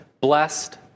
blessed